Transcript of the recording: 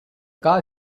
car